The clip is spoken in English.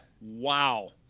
Wow